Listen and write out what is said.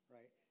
Right